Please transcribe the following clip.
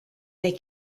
they